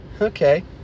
okay